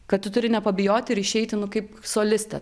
kad tu turi nepabijoti ir išeiti nu kaip solistė